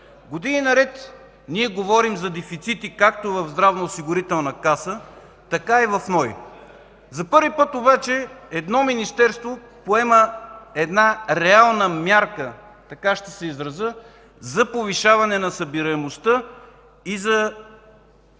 Години наред ние говорим за дефицити както в Здравноосигурителната каса, така и в НОИ. За първи път обаче едно министерство поема реална мярка – така ще се изразя, за повишаване на събираемостта и за